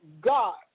God